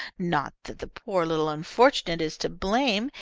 not that the poor little unfortunate is to blame.